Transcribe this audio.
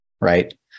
Right